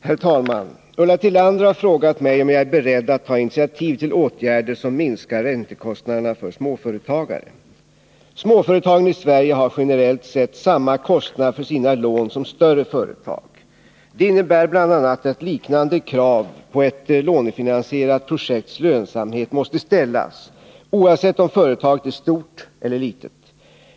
Herr talman! Ulla Tillander har frågat mig om jag är beredd att ta initiativ till åtgärder som minskar räntekostnaderna för småföretagare. Småföretagen i Sverige har generellt sett samma kostnad för sina lån som större företag. Det innebär bl.a. att liknande krav på ett lånefinansierat projekts lönsamhet måste ställas, oavsett om företaget är stort eller litet.